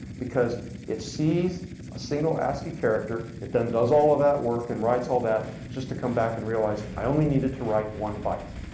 because it sees a single ascii character, and then does all of that work and writes all that, just to come back and realize i only needed to write one bite.